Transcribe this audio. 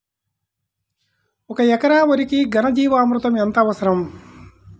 ఒక ఎకరా వరికి ఘన జీవామృతం ఎంత అవసరం?